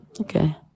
Okay